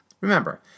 Remember